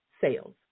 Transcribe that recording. sales